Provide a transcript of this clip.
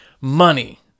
money